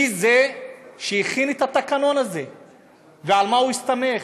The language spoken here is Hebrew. מי זה שהכין את התקנון הזה ועל מה הוא הסתמך?